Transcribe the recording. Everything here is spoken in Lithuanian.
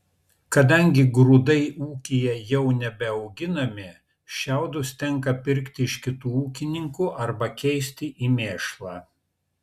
kadangi grūdai ūkyje jau nebeauginami šiaudus tenka pirkti iš kitų ūkininkų arba keisti į mėšlą